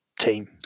team